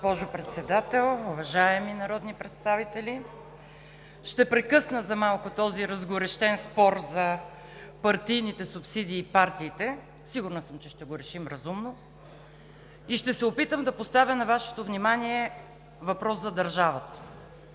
Госпожо Председател, уважаеми народни представители! Ще прекъсна за малко този разгорещен спор за партийните субсидии и партиите – сигурна съм, че ще го решим разумно, и ще се опитам да поставя на Вашето внимание въпрос за държавата,